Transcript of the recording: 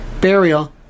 burial